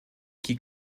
qui